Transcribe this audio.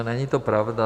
Není to pravda.